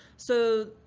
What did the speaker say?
so